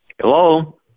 Hello